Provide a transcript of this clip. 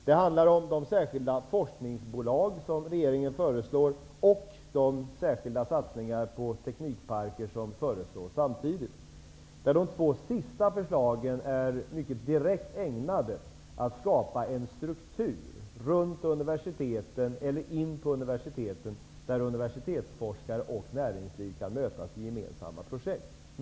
Det handlar också om de särkilda forskningsbolag som regeringen föreslår och de särskilda satsningar på teknikparker som samtidigt föreslås. De två sista förslagen är direkt ägnade att skapa en struktur på universiteten där universitetsforskare och näringsliv kan mötas i gemensamma projekt.